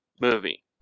movie